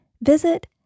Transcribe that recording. Visit